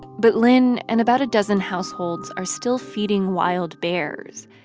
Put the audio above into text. but lynn and about a dozen households are still feeding wild bears.